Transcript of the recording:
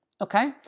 okay